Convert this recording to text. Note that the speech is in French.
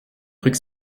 truc